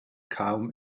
kaum